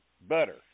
better